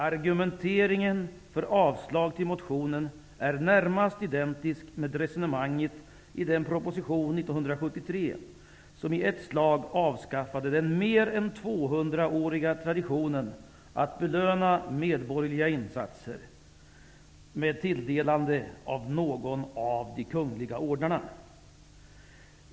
Argumenteringen för avslag på motionen är närmast identisk med resonemanget i den proposition från 1973 som i ett slag avskaffade den mer än tvåhundraåriga traditionen att belöna medborgerliga insatser med tilldelande av någon av de kungliga ordnarna.